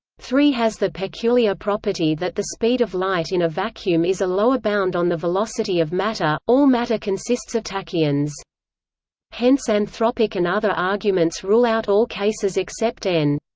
three has the peculiar property that the speed of light in a vacuum is a lower bound on the velocity of matter all matter consists of tachyons hence anthropic and other arguments rule out all cases except n